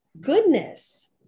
goodness